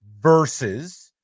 versus